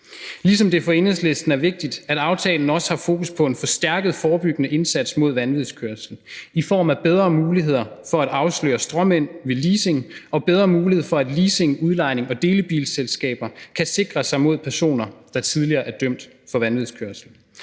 ligesom det for Enhedslisten er vigtigt, at aftalen også har fokus på en forstærket forebyggende indsats mod vanvidskørsel i form af bedre muligheder for at afsløre stråmænd ved leasing og bedre mulighed for, at leasing-, udlejnings- og delebilsselskaber kan sikre sig mod personer, der tidligere er dømt for vanvidskørsel.